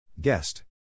Guest